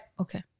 Okay